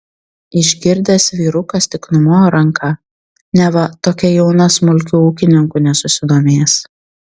išgirdęs vyrukas tik numojo ranka neva tokia jauna smulkiu ūkininku nesusidomės